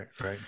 right